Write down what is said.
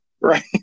Right